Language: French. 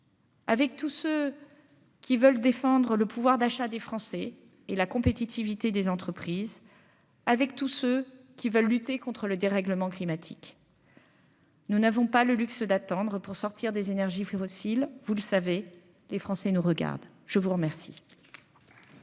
Avec tous ceux qui veulent défendre le pouvoir d'achat des Français et la compétitivité des entreprises, avec tous ceux qui veulent lutter contre le dérèglement climatique. Nous n'avons pas le luxe d'attendre pour sortir des énergies fleuve oscille, vous le savez, les Français nous regardent, je vous remercie.